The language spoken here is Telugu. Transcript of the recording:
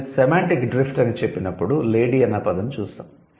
నేను సెమాంటిక్ డ్రిఫ్ట్ అని చెప్పినప్పుడు 'లేడీ' అన్న పదం చూసాం